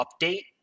update